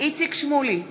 איציק שמולי,